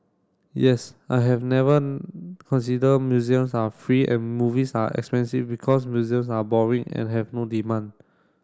yes I have never consider museums are free and movies are expensive because museums are boring and have no demand